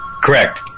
Correct